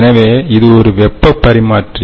எனவே இது ஒரு வெப்பபரிமாற்றி